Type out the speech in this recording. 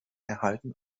erhalten